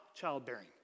childbearing